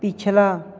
ਪਿਛਲਾ